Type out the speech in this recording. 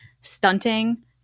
stunting